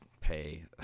pay